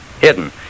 Hidden